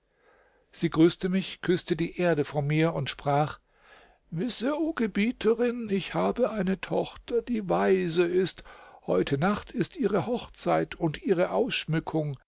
sie grüßte mich küßte die erde vor mir und sprach wisse o gebieterin ich habe eine tochter die waise ist heute nacht ist ihre hochzeit und ihre ausschmückung